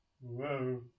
Whoa